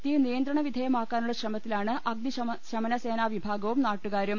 തീ നിയന്തണ വിധേയമാക്കാനുള്ള ശ്രമ ത്തിലാണ് അഗ്നിശമന സേനാ വിഭാഗവും നാട്ടുകാരും